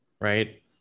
right